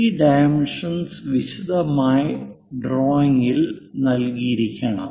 ഈ ഡൈമെൻഷെൻ വിശദമായി ഡ്രോയിംഗിൽ നൽകിയിരിക്കണം